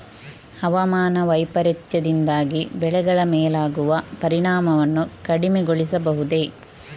ಹವಾಮಾನ ವೈಪರೀತ್ಯದಿಂದಾಗಿ ಬೆಳೆಗಳ ಮೇಲಾಗುವ ಪರಿಣಾಮವನ್ನು ಕಡಿಮೆಗೊಳಿಸಬಹುದೇ?